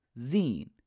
Zine